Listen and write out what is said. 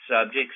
subjects